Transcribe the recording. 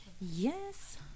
yes